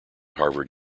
harvard